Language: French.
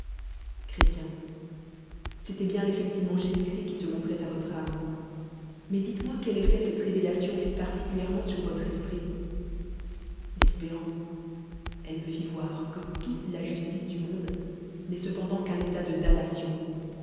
c'étoit bien effectivement jesu clllist qui se montroit à votre âme mais dites-moi quel effet cette révélation fit particulièrement sur votre esprit espér elle me lit voir que toule ta justice du monde n'est cependdpt qn'un état de damnation